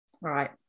Right